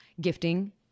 gifting